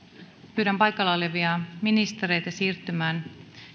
pyydän paikalla olevia ministereitä siirtymään